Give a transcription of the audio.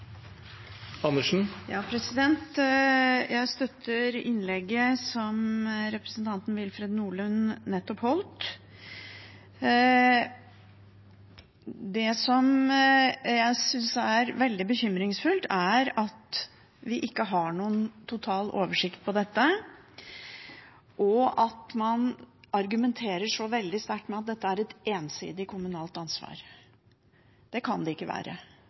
Willfred Nordlund nettopp holdt. Det jeg synes er veldig bekymringsfullt, er at vi ikke har noen total oversikt over dette, og at man argumenterer så veldig sterkt med at det er et ensidig kommunalt ansvar. Det kan det ikke være.